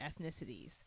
ethnicities